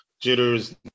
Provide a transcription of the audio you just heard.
jitters